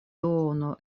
duono